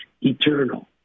eternal